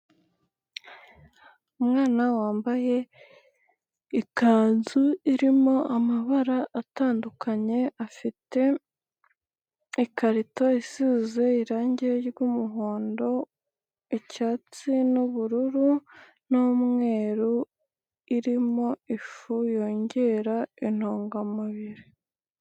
Umwana wambaye ikanzu irimo amabara atandukanye, afite ikarito isize irangi ry'umuhondo, icyatsi n'ubururu n'umweru, irimo ifu yongera intungamubiri.